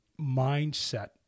mindset